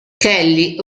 kelly